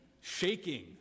shaking